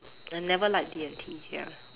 I never like D&T ya